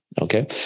Okay